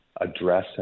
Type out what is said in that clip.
address